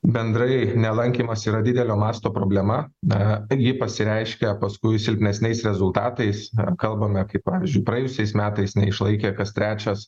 bendrai nelankymas yra didelio masto problema na ji pasireiškia paskui silpnesniais rezultatais kalbame kaip pavyzdžiui praėjusiais metais neišlaikė kas trečias